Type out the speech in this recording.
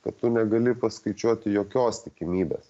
kad tu negali paskaičiuoti jokios tikimybės